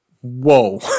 Whoa